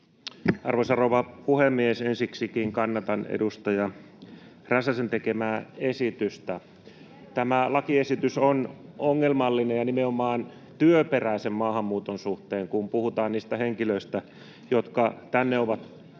Arvoisa rouva puhemies! Ensiksikin kannatan edustaja Räsäsen tekemää esitystä. Tämä lakiesitys on ongelmallinen, nimenomaan työperäisen maahanmuuton suhteen, kun puhutaan niistä henkilöistä, jotka tänne ovat tulossa